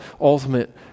ultimate